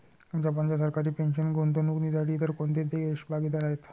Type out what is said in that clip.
जपानच्या सरकारी पेन्शन गुंतवणूक निधीसाठी इतर कोणते देश भागीदार आहेत?